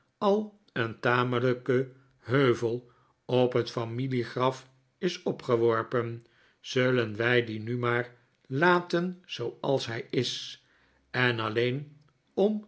al een tamelijke heuvel op het familiegraf is opgeworpen zullen wij dien nu maar laten zooals hij is en alleen om